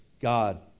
God